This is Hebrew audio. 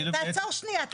תעצור שנייה.